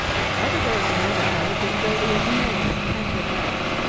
the editor of the megaphone had been guilty of many eccentric acts.